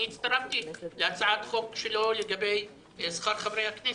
אני הצטרפתי להצעת חוק שלו לגבי שכר חברי הכנסת.